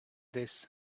this